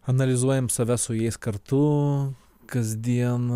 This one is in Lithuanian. analizuojam save su jais kartu kasdien